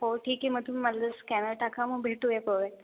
हो ठीक आहे मग तुम्ही मला जरा स्कॅनर टाका मग भेटूया गोव्यात